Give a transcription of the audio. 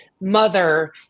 mother